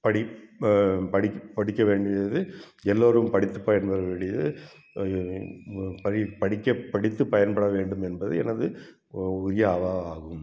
படி படிக்க படிக்க வேண்டியது எல்லோரும் படித்து பயன்பெற வேண்டியது படி படிக்க படித்து பயன்பட வேண்டும் என்பது எனது ஓ உய்யாவா ஆகும்